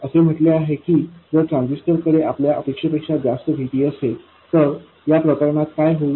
असे म्हटले आहे की जर ट्रान्झिस्टरकडे आपल्या अपेक्षेपेक्षा जास्त Vt असेल तर या प्रकरणात काय होईल